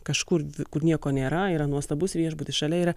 kažkur kur nieko nėra yra nuostabus viešbutis šalia yra